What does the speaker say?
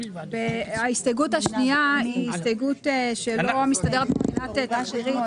ההסתייגות השנייה היא הסתייגות שלא מסתדרת מבחינה תחבירית,